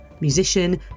musician